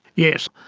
yes,